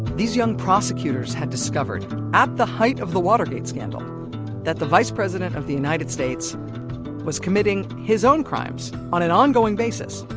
these young prosecutors had discovered at the height of the watergate scandal that the vice president of the united states was committing his own crimes, on an ongoing basis,